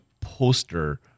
poster